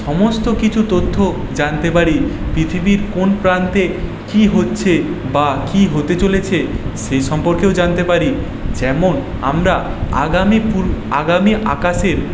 সমস্ত কিছু তথ্য জানতে পারি পৃথিবীর কোন প্রান্তে কি হচ্ছে বা কি হতে চলেছে সে সম্পর্কেও জানতে পারি যেমন আমরা আগামি আগামি আকাশে